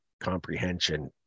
comprehension